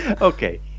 Okay